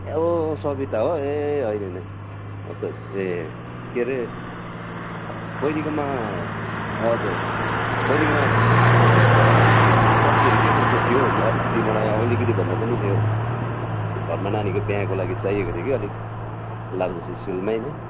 ओ सबिता हो ए होइन होइन म त ए के अरे बहिनीकोमा हजुर बहिनीकोमा सब्जीहरू के कसो थियो अलिकति मलाई अलिकति भन्दा पनि त्यो घरमा नानीको बिहाको लागि चाहिएको थियो कि अलिक लग्नु चाहिँ सुलमा नै